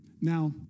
Now